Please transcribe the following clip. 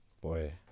Boy